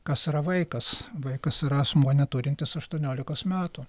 kas yra vaikas vaikas yra asmuo neturintis aštuoniolikos metų